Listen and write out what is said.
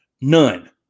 None